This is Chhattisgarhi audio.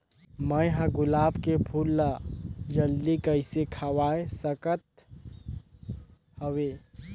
मैं ह गुलाब के फूल ला जल्दी कइसे खवाय सकथ हवे?